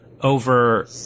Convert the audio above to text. over